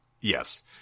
Yes